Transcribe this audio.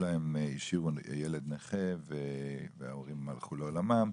שהשאירו ילד נכה וההורים הלכו לעולמם.